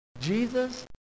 Jesus